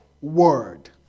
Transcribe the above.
word